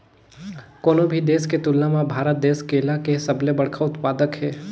कोनो भी देश के तुलना म भारत देश केला के सबले बड़खा उत्पादक हे